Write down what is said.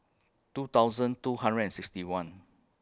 two thousand two hundred and sixty one